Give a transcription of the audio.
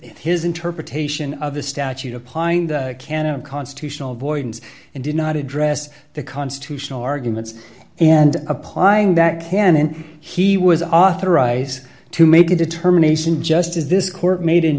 his interpretation of the statute applying the canon of constitutional avoidance and did not address the constitutional arguments and applying that cannon he was authorized to make a determination just as this court made in